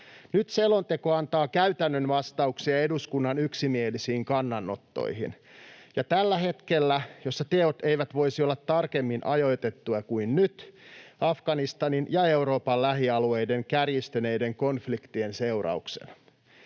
Nyt selonteko antaa käytännön vastauksia eduskunnan yksimielisiin kannanottoihin, ja tällä hetkellä teot eivät voisi olla tarkemmin ajoitettuja kuin nyt Afganistanin ja Euroopan lähialueiden kärjistyneiden konfliktien seurauksena.